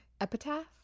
epitaph